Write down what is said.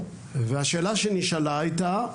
והשאלה שנשאלה היתה,